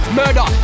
murder